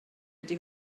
ydy